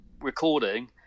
recording